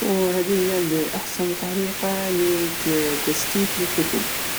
وهدي هي أحسن طريقة لت- لتستيف الكتب